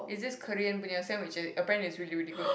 it's this Korean punya sandwich apparently it's really really good